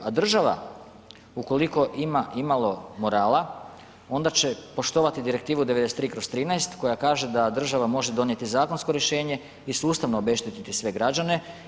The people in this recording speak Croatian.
A država ukoliko imama imalo morala onda će poštovati Direktivu 93/13 koja kaže da država može donijeti zakonsko rješenje i sustavno obeštetiti sve građane.